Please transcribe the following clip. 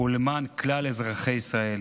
ולמען כלל אזרחי ישראל.